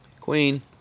Queen